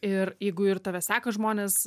ir jeigu ir tave seka žmonės